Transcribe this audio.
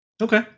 okay